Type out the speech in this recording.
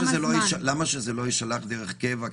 למה זה לא יישלח דרך קבע,